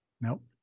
Nope